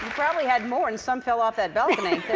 probably had more and some fell off that balcony.